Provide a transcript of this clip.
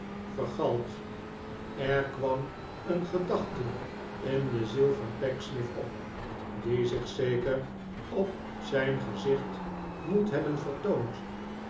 vergalt er kwam een gedachte in de ziel van pecksniff op die zich zeker op zijn gezicht moet hebben vertoond